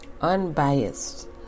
unbiased